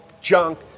junk